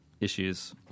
issues